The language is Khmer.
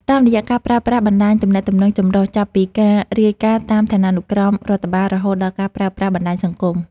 តាមរយៈការប្រើប្រាស់បណ្ដាញទំនាក់ទំនងចម្រុះ ចាប់ពីការរាយការណ៍តាមឋានានុក្រមរដ្ឋបាល រហូតដល់ការប្រើប្រាស់បណ្ដាញសង្គម។